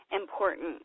important